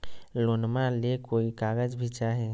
लोनमा ले कोई कागज भी चाही?